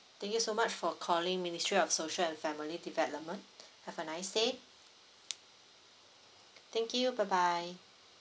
thank you so much for calling ministry of social and family development have a nice day thank you bye bye